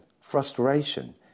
frustration